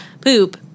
poop